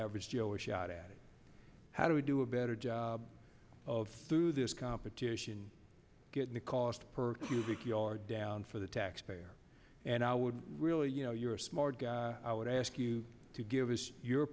average joe a shot at how do we do a better job of through this competition getting the cost per cubic yard down for the taxpayer and i would really you know you're a smart guy i would ask you to give us your